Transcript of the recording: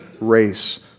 race